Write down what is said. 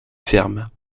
ferme